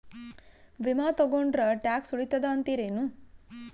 ವಿಮಾ ತೊಗೊಂಡ್ರ ಟ್ಯಾಕ್ಸ ಉಳಿತದ ಅಂತಿರೇನು?